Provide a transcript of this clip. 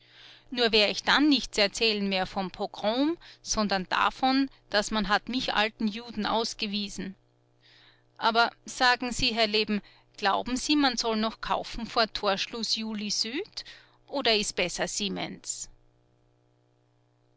nur wer ich dann nichts erzählen mehr vom pogrom sondern davon daß man hat mich alten juden ausgewiesen aber sagen sie herrleben glauben sie man soll noch kaufen vor torschluß julisüd oder is besser siemens